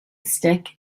stick